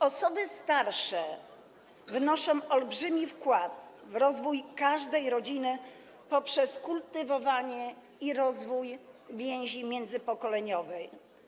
Osoby starsze wnoszą olbrzymi wkład w rozwój każdej rodziny poprzez kultywowanie i rozwój więzi międzypokoleniowej.